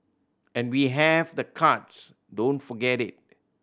and we have the cards don't forget it